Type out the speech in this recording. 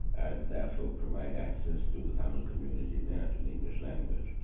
and therefore provide access to the tamil community there, to the english language.